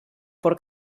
por